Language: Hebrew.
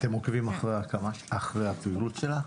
אתם עוקבים אחר הפעילות שלה?